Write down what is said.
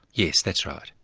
yes, that's right.